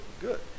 good